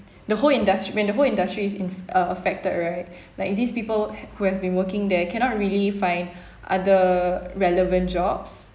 the whole indus~ when the whole industry is in~ uh affected right like these people ha~ who have been working there cannot really find other relevant jobs